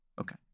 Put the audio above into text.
Okay